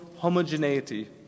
homogeneity